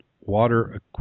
water